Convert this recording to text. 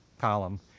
column